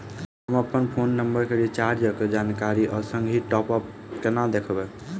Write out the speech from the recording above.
हम अप्पन phone number केँ रिचार्जक जानकारी आ संगहि टॉप अप कोना देखबै?